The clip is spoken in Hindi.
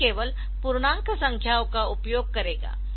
यह केवल पूर्णांक संख्याओं का उपयोग करेगा